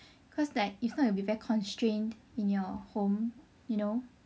cause like if not it will be very constrained in your home you know